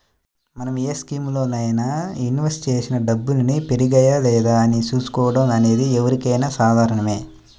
మనం ఏ స్కీములోనైనా ఇన్వెస్ట్ చేసిన డబ్బుల్ని పెరిగాయా లేదా అని చూసుకోవడం అనేది ఎవరికైనా సాధారణమే